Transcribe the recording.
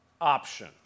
option